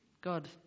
God